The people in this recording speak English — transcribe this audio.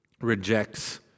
rejects